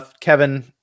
Kevin